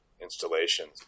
installations